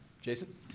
Jason